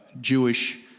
Jewish